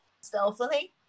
stealthily